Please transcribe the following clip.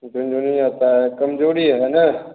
झुनझुनी आता है कमजोरी है ना